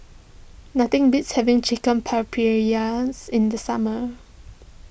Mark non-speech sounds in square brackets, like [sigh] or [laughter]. nothing beats having Chicken [unintelligible] in the summer